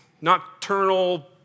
nocturnal